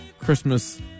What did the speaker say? Christmas